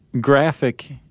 graphic